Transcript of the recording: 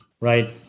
right